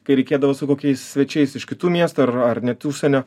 kai reikėdavo su kokiais svečiais iš kitų miestų ar ar net užsienio